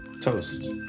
Toast